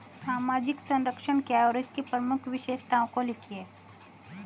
सामाजिक संरक्षण क्या है और इसकी प्रमुख विशेषताओं को लिखिए?